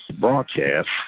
Broadcast